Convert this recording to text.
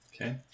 Okay